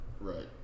Right